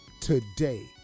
today